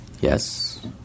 Yes